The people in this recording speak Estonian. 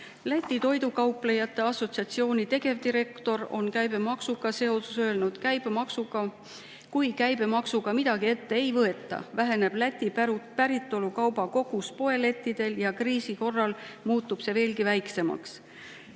Läti toidukaubanduse assotsiatsiooni tegevdirektor on käibemaksuga seoses öelnud, et kui käibemaksuga midagi ette ei võeta, siis väheneb Läti päritolu kauba kogus poelettidel ja kriisi korral muutub see veelgi väiksemaks.